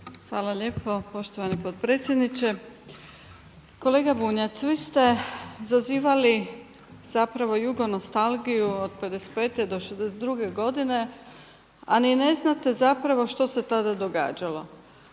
Hvala lijepo poštovani potpredsjedniče. Kolega Bunjac vi ste zazivali zapravo jugonostalgiju od 55. do 62. godine, a ni ne znate zapravo što se tada događalo.